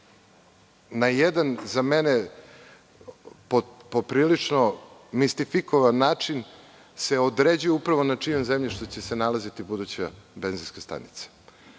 na jedan, za mene, poprilično mistifikovan način se određuje na čijem zemljištu će se nalaziti buduća benzinska stanica. Kako